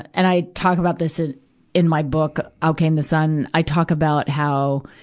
and i talk about this ah in my book, out came the sun. i talk about how,